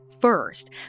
first